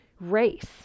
race